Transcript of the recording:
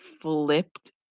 flipped